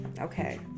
Okay